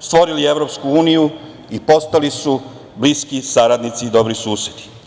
stvorili EU, i postali su bliski saradnici i dobri susedi.